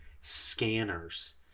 scanners